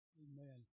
amen